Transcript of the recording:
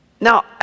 Now